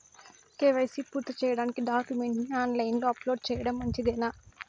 KYC పూర్తి సేయడానికి డాక్యుమెంట్లు ని ఆన్ లైను లో అప్లోడ్ సేయడం మంచిదేనా?